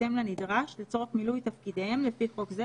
בהתאם לנדרש הבריאות ועיוןלצורך מילוי תפקידיהם לפי חוק זה,